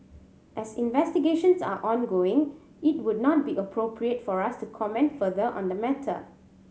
as investigations are ongoing it would not be appropriate for us to comment further on the matter